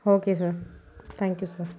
okay sir thank you sir